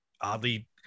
oddly